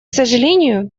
сожалению